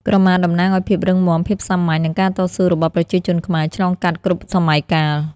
ក្រមាតំណាងឱ្យភាពរឹងមាំ ភាពសាមញ្ញ និងការតស៊ូរបស់ប្រជាជនខ្មែរ ឆ្លងកាត់គ្រប់សម័យកាល។